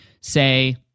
say